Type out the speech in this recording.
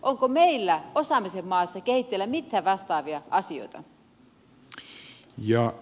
onko meillä osaamisen maassa kehitteillä mitään vastaavia asioita